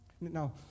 Now